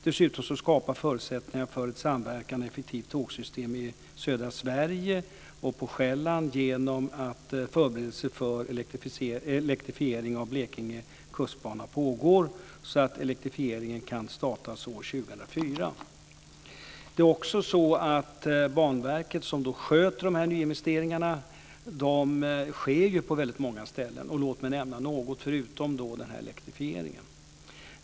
Dessutom skapas förutsättningar för samverkan och ett effektivt tågsystem i södra Sverige och på Blekinge kustbana pågår, så att elektrifiering kan startas år 2004. Banverket sköter nyinvesteringarna, som sker på många ställen. Låt mig nämna några, förutom elektrifieringen av Blekinge kustbana.